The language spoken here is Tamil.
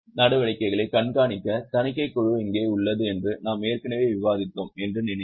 நடவடிக்கைகளை கண்காணிக்க தணிக்கைக் குழு இங்கே உள்ளது என்று நாம் ஏற்கனவே விவாதித்தோம் என்று நினைக்கிறேன்